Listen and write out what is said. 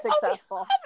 successful